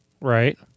right